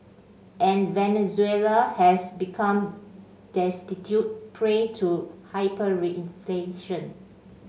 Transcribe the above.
and Venezuela has become destitute prey to hyperinflation